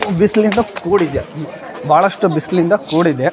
ಬಿಸಿಲಿಂದ ಕೂಡಿದೆ ಭಾಳಷ್ಟು ಬಿಸಿಲಿಂದ ಕೂಡಿದೆ